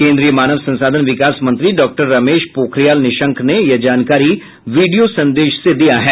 केंद्रीय मानव संसाधन विकास मंत्री डॉ रमेश पोखरियाल निशंक ने यह जानकारी वीडियो संदेश से दिया है